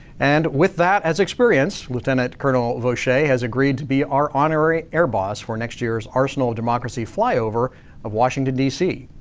and with that as experience, lieutenant colonel vaucher has agreed to be our honorary air boss for next year's arsenal democracy flyover of washington dc.